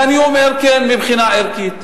ואני אומר: כן, מבחינה ערכית.